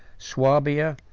swabia,